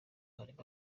harimo